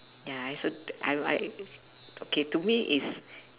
ya I also I I okay to me is